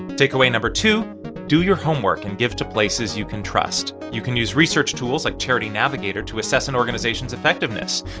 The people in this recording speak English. takeaway no. two do your homework and give to places you can trust. you can use research tools, like charity navigator, to assess an organization's effectiveness.